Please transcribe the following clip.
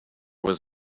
was